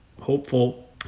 hopeful